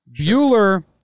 Bueller